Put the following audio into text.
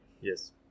Yes